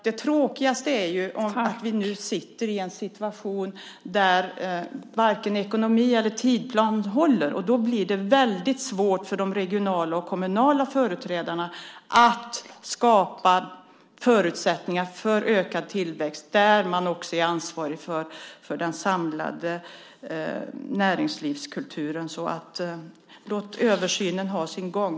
Det tråkigaste är att vi nu sitter i en situation där varken ekonomi eller tidsplan håller. Då blir det väldigt svårt för de regionala och kommunala företrädarna att skapa förutsättningar för ökad tillväxt där man också är ansvarig för den samlade näringslivskulturen. Låt översynen ha sin gång!